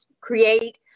create